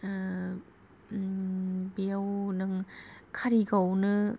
बेयाव नों कारिगावआवनो